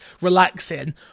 relaxing